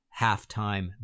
halftime